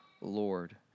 Lord